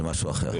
זה משהו אחר.